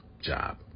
job